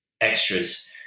extras